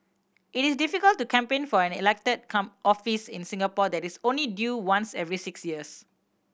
it is difficult to campaign for an elected come office in Singapore that is only due once every six years